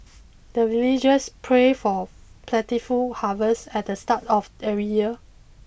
the villagers pray for plentiful harvest at the start of every year